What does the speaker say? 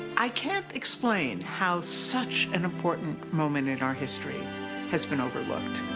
i can't explain how such an important moment in our history has been overlooked.